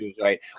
right